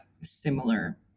similar